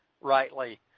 rightly